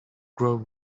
grow